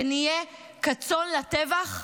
שנהיה כצאן לטבח?